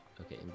Okay